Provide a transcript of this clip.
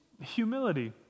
humility